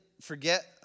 forget